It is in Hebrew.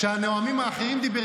כשהנואמים האחרים דיברו,